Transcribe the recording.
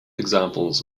examples